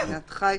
פינת חי,